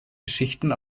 geschichten